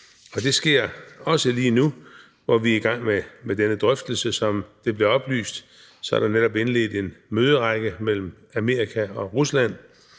Det sker også lige nu, hvor vi er i gang med denne drøftelse, og som det blev oplyst, er der netop indledt en møderække mellem Amerika og Rusland